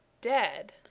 dead